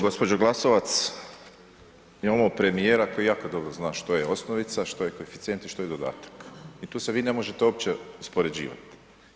Gospođo Glasovac, imamo premijera koji jako dobro zna što je osnovica, što je koeficijent i što je dodatak i tu se vi ne možete uopće uspoređivati.